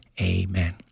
Amen